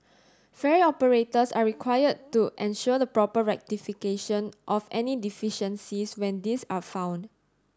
ferry operators are required to ensure the proper rectification of any deficiencies when these are found